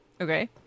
Okay